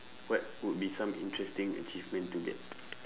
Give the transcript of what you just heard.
what would be some interesting achievement to get